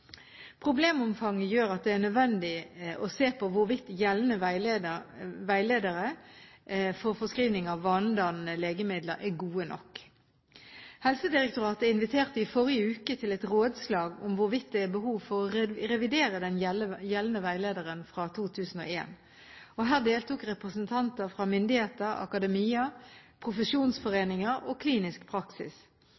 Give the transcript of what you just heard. Problemomfanget gjør at det er nødvendig å se på hvorvidt gjeldende veiledere for forskrivning av vanedannende legemidler er gode nok. Helsedirektoratet inviterte i forrige uke til et rådslag om hvorvidt det er behov for å revidere den gjeldende veilederen fra 2001. Her deltok representanter fra myndigheter, akademia,